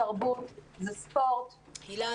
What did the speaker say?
תרבות וספורט --- הילה,